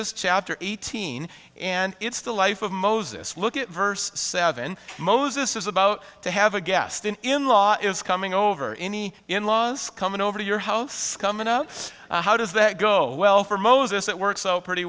is chapter eighteen and it's the life of moses look at verse seven moses is about to have a guest in in law is coming over any in laws coming over to your house coming up how does that go well for moses it works out pretty